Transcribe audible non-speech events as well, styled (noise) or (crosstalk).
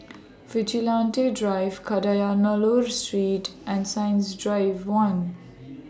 (noise) Vigilante Drive Kadayanallur Street and Science Drive one